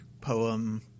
poem